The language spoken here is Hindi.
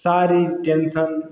सारी टेन्सन